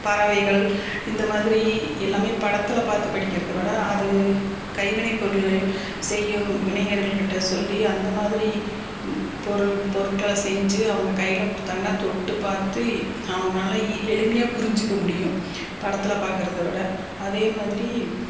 பறவைகள் இந்தமாதிரி எல்லாமே படத்தில் பார்த்து படிக்கிறதை விட அது கைவினை பொருள்கள் செய்யும் வினைஞர்கள் கிட்ட சொல்லி அந்தமாதிரி பொருள் பொருட்கள செஞ்சு அவங்க கையில் கொடுத்தாங்கனா தொட்டு பார்த்து அவங்க நல்லா எளிமையாக புரிஞ்சுக்க முடியும் படத்தில் பார்க்குறதவிட அதேமாதிரி